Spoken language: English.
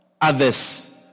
others